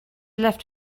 left